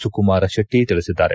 ಸುಕುಮಾರ ಶೆಟ್ಟಿ ತಿಳಿಸಿದ್ದಾರೆ